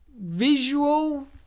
visual